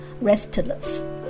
restless